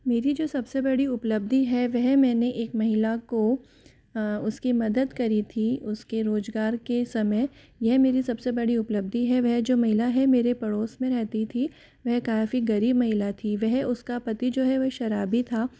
मेरी जो सबसे बड़ी उपलब्धि है वह मैंने एक महिला को उसकी मदद करी थी उसके रोजगार के समय यह मेरी सबसे बड़ी उपलब्धि है वह जो महिला है मेरे पड़ोस में रहती थी वह काफ़ी गरीब महिला थी वह उसका पति जो है वह शराबी था